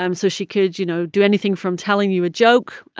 um so she could, you know, do anything from telling you a joke,